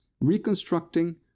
reconstructing